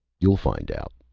you'll find out.